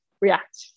react